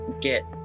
get